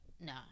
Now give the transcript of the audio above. No